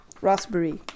raspberry